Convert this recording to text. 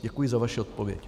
Děkuji za vaši odpověď.